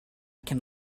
can